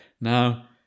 Now